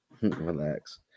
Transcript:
relax